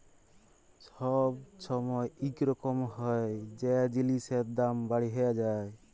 ছব ছময় ইরকম হ্যয় যে জিলিসের দাম বাড়্হে যায়